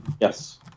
Yes